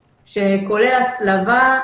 כמובן שכל פעם הוא יעדכן.